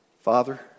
Father